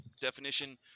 definition